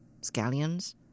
scallions